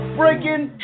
breaking